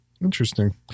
Interesting